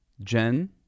Jen